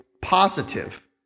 positive